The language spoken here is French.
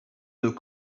nos